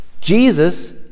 Jesus